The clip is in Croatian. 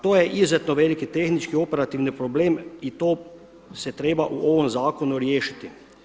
To je izuzetno veliki tehnički operativni problem i to se treba u ovom zakonu riješiti.